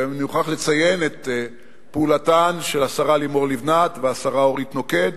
אני מוכרח לציין את פעולתן של השרה לימור לבנת והשרה אורית נוקד